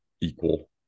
equal